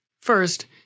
First